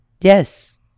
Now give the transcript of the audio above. yes